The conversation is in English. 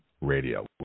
Radio